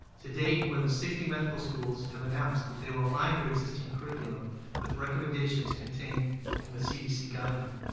to date, more than sixty medical schools have announced that they will align their existing curriculum with recommendations contained in the cdc guideline.